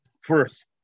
first